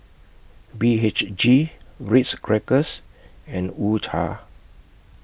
B H G Ritz Crackers and U Cha